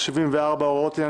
מי בעד אישור הוועדה?